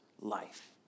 life